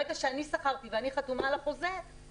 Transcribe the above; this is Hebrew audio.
ברגע שאני שכרתי ואני חתומה על החוזה,